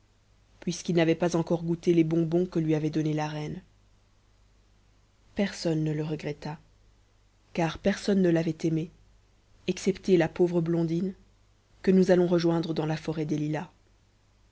puisqu'il n'avait pas encore goûté les bonbons que lui avait donnés la reine personne ne le regretta car personne ne l'avait aimé excepté la pauvre blondine que nous allons rejoindre dans la forêt des lilas